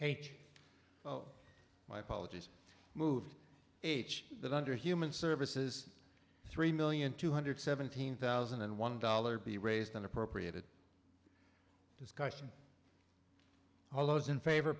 h o my apologies moved h that under human services three million two hundred seventeen thousand and one dollars be raised on appropriated discussion all those in favor